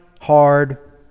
hard